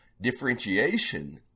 differentiation